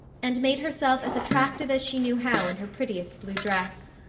and made herself as attractive as she knew how in her prettiest blue dress.